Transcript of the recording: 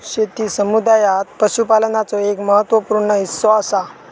शेती समुदायात पशुपालनाचो एक महत्त्व पूर्ण हिस्सो असा